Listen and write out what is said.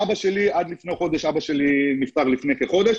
לאבא שלי היה מטפל זר, הוא נפטר לפני כחודש.